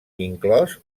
inclòs